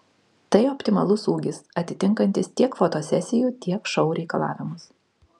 tai optimalus ūgis atitinkantis tiek fotosesijų tiek šou reikalavimus